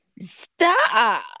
Stop